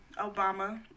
Obama